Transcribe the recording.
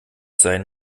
sein